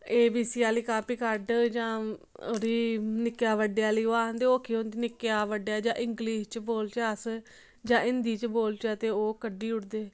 ए B C आह्ली copy कड्ढ जां ओह्दी निक्के बड्डे आह्ली ओह् आखदे ओह् केह् होंदी निक्के बड्डेआ जां इंग्लिश च बोलचै अस जां हिंदी च बोलचै ते ओह् कड्ढी ओड़दे